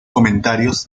comentarios